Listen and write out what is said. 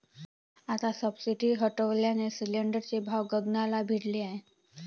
आता सबसिडी हटवल्याने सिलिंडरचे भाव गगनाला भिडले आहेत